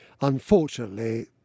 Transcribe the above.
Unfortunately